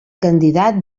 candidat